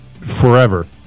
forever